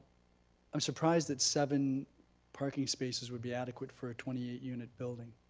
i'm surprised that seven parking spaces would be adequate for a twenty eight unit building.